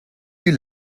you